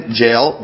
jail